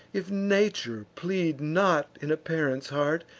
if nature plead not in a parent's heart,